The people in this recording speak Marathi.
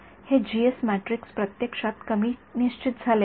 हे मॅट्रिक्स प्रत्यक्षात कमी निश्चित झाले आहे